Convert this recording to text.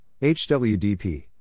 HWDP